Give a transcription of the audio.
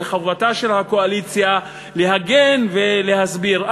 וחובתה של הקואליציה להגן ולהסביר.